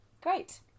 great